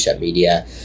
Media